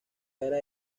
era